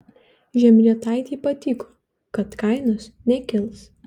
žemrietaitė patikino kad kainos nekils